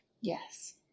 Yes